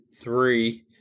three